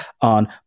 on